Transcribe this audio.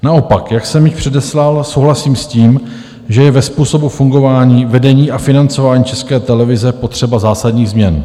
Naopak, jak jsem již předeslal, souhlasím s tím, že je ve způsobu fungování vedení a financování České televize potřeba zásadních změn.